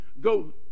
Go